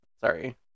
Sorry